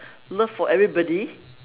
love for everybody